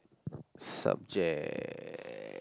subject